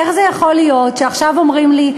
איך זה יכול להיות שעכשיו אומרים לי,